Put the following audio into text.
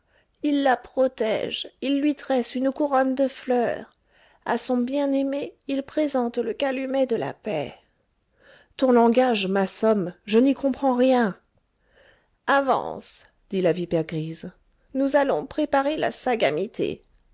il la protège il lui tresse une couronne de fleurs a son bien-aimé il présente le calumet de la paix ton langage m'assomme je n'y comprends rien avance dit la vipère grise nous allons préparer la sagamité